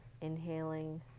inhaling